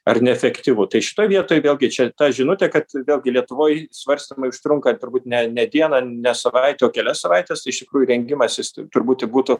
ar neefektyvu tai šitoj vietoj vėlgi čia ta žinutė kad vėlgi lietuvoj svarstymai užtrunka turbūt ne ne dieną ne savaitę o kelias savaites iš tikrųjų rengimasis turbūt tai būtų